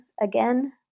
again